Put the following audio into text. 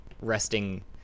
resting